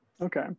Okay